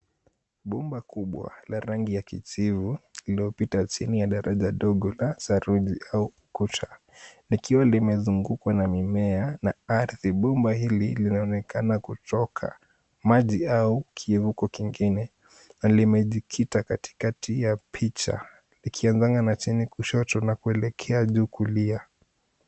Bomba kubwa la rangi ya kijivu lililopita chini ya daraja dogo la saruji au kuta. Likiwa limezungukwa na mimea na ardhi, bomba hili linaonekana kuchoka maji au kivuko kingine, na limejikita katikati ya picha likianzanga na chini kushoto na kuelekea juu kulia.